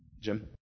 Jim